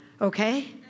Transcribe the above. okay